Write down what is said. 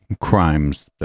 crimes